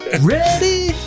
Ready